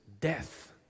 death